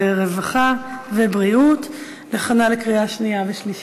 הרווחה והבריאות להכנה לקריאה שנייה ושלישית.